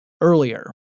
earlier